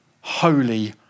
holy